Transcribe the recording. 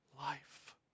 life